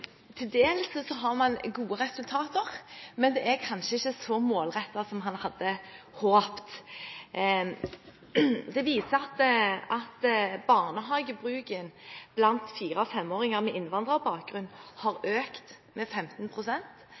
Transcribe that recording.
til dels gode resultater, men det er kanskje ikke så målrettet som man hadde håpet på. Det viser seg at barnehagebruken blant fireåringer og femåringer med innvandrerbakgrunn har økt med